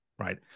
right